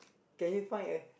can you find a